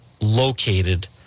located